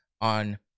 on